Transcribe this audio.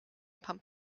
pump